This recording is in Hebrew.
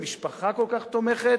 ומשפחה כל כך תומכת.